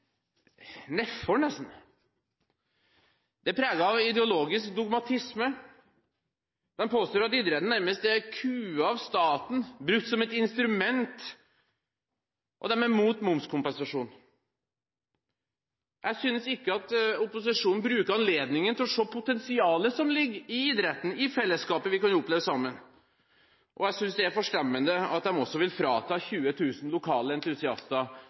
er preget av ideologisk dogmatisme. De påstår at idretten nærmest er kuet av staten, brukt som et instrument, og de er imot grasrotandelen. Jeg synes ikke at opposisjonen bruker anledningen til å se potensialet som ligger i idretten, i fellesskapet vi kan oppleve sammen, og jeg synes det er forstemmende at de også vil frata 20 000 lokale entusiaster